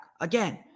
Again